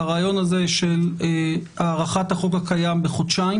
על הרעיון הזה של הארכת החוק הקיים בחודשיים